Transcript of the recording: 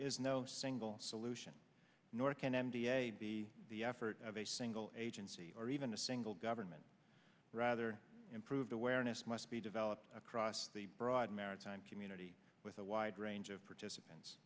is no single solution nor can m d a be the effort of a single agency or even a single government rather improved awareness must be developed across the broad maritime community with a wide range of participants